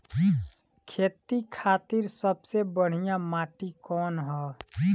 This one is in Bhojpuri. खेती खातिर सबसे बढ़िया माटी कवन ह?